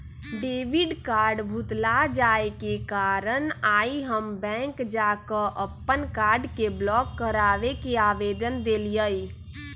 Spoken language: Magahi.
डेबिट कार्ड भुतला जाय के कारण आइ हम बैंक जा कऽ अप्पन कार्ड के ब्लॉक कराबे के आवेदन देलियइ